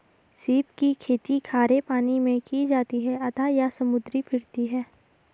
सीप की खेती खारे पानी मैं की जाती है अतः यह समुद्री फिरती है